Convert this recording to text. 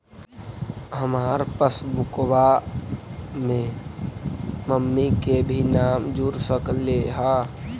हमार पासबुकवा में मम्मी के भी नाम जुर सकलेहा?